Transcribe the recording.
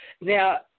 Now